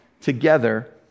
together